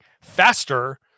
faster